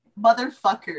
motherfucker